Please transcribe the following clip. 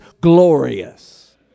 glorious